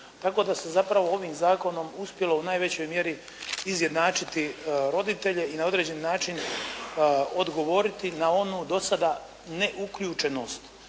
tako da se zapravo ovim zakonom uspjelo u najvećoj mjeri izjednačiti roditelje i na određeni način odgovoriti na onu do sada neuključenost,